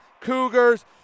Cougars